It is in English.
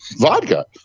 vodka